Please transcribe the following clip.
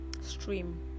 stream